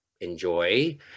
enjoy